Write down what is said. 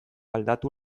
aldatu